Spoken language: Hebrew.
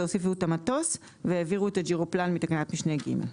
זה הוסיפו את המטוס והעבירו את הג'ירופלן מתקנת משנה ג'.